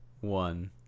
one